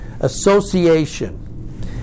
association